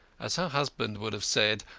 as her husband would have said,